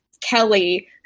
Kelly